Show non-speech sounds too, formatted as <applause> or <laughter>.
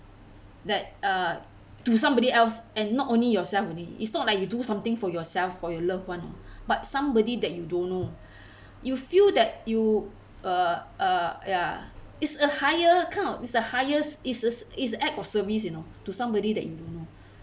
that uh to somebody else and not only yourself only it's not like you do something for yourself for your loved one but somebody that you don't know <breath> you feel that you uh uh ya it's a higher counts its the highest is a it's act of service you know to somebody that you don't know